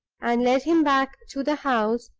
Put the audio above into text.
and led him back to the house,